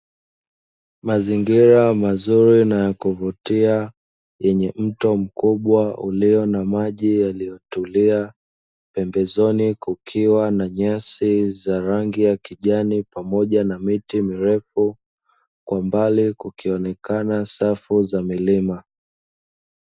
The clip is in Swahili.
Mazingira mazuri na ya kuvutia yenye mto mkubwa ulio na maji yaliyotulia, pembezoni kukiwa na nyasi za rangi ya kijani pamoja na miti mirefu, kwa mbali kukionekana safu za milima.